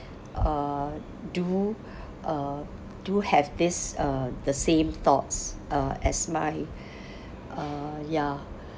uh do uh do have this uh the same thoughts uh as mine uh ya